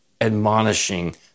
admonishing